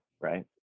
right